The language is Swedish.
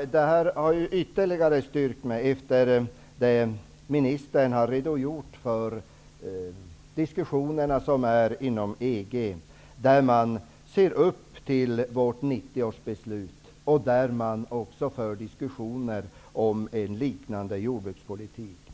Detta har ytterligare styrkt mig efter det som ministern har redogjort för när det gäller diskussionerna inom EG, där man ser upp till vårt beslut från 1990. Inom EG för man också diskussioner om en liknande jordbrukspolitik.